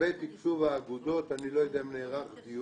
לגבי תקצוב האגודות, אני לא יודע אם נערך דיון.